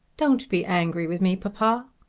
don't be angry with me, papa.